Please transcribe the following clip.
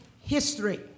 history